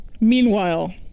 Meanwhile